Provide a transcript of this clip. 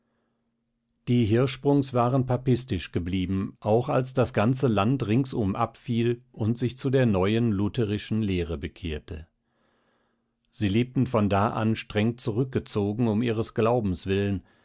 die hirschsprungs waren gut papistisch geblieben als auch das ganze land ringsum abfiel und sich zu der neuen lutherischen lehre bekehrte sie lebten von da an streng zurückgezogen um ihres glaubens willen